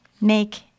make